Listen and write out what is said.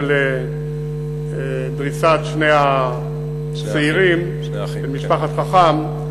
של דריסת שני הצעירים למשפחת חכם,